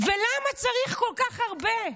ולמה צריך כל כך הרבה?